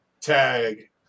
Tag